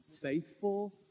faithful